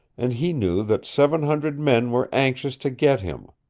and he knew that seven hundred men were anxious to get him,